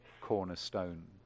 cornerstone